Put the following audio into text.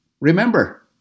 remember